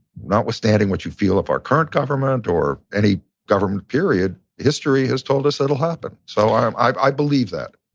notwithstanding what you feel of our current government or any government period, history has told us it'll happen. so i um i believe that.